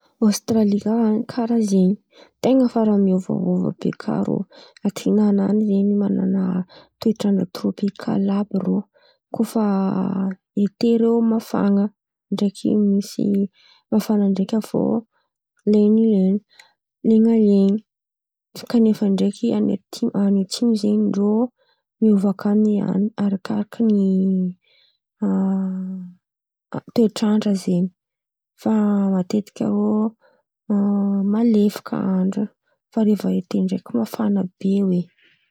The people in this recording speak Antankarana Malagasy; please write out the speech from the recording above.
Ostralia kà karà zen̈y, ten̈a farany miôvaôva be kà rô atinana an̈y ze manana toetrandra trôpikala àby rô. koa fa ete reo mafana ndraiky misy mafana ndraiky avô len̈ilen̈a len̈alen̈a. Kanefany ndraiky any ati- any atsimo zen̈y rô miova kà ny an̈y arakaraka ny a toetrandra zen̈y fa matetika rô malefaka andra fa reva ete ndraiky mafana be hoe.